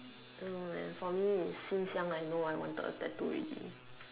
I don't know man for me is since young I know I wanted a tattoo ready